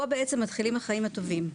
פה בעצם מתחילים החיים הטובים.